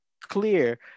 clear